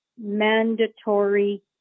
mandatory